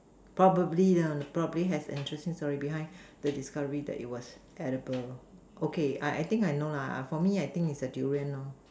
probably probably has an interesting story behind the discovery that it was edible okay I I think I know lah for me I think is the Durian